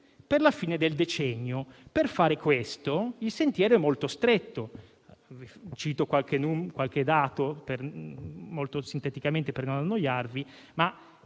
per la fine del decennio. Per fare questo, il sentiero è molto stretto. Cito qualche dato molto sinteticamente per non annoiarvi.